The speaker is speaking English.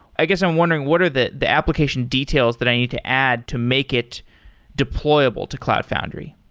i guess i'm wondering, what are the the application details that i need to add to make it deployable to cloud foundry?